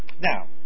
Now